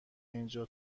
اینجا